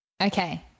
Okay